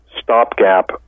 stopgap